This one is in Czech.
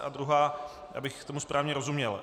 A druhá, abych tomu správně rozuměl.